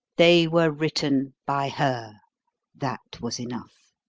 they were written by her that was enough.